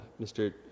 Mr